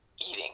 eating